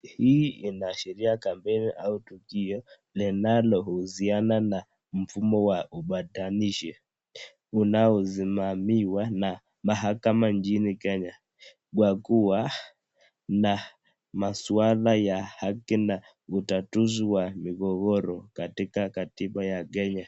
Hii inaashiria kampeni au tukio linalohusiana na mfumo wa upatanishi, unaosimamiwa na mahakama nchini Kenya kwa kuwa na maswala ya haki na utatuzi wa migogoro katika katiba ya Kenya.